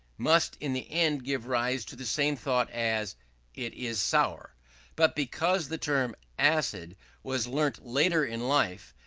must in the end give rise to the same thought as it is sour but because the term acid was learnt later in life,